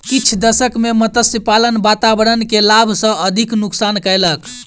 किछ दशक में मत्स्य पालन वातावरण के लाभ सॅ अधिक नुक्सान कयलक